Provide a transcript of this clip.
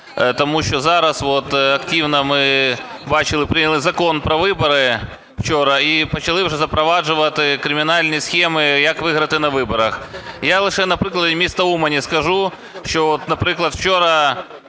Тому що зараз активно, ми бачили, прийняли Закон про вибори, вчора, і почали вже запроваджувати кримінальні схеми, як виграти на виборах. Я лише на прикладі міста Умані скажу, що от, наприклад, вчора